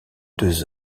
deux